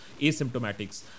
asymptomatics